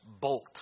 bolt